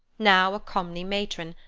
now a comely matron,